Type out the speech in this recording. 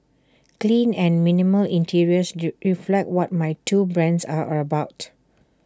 clean and minimal interiors reflect what my two brands are about